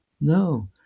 no